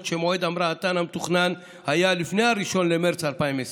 שמועד המראתן המתוכנן היה לפני 1 במרץ 2020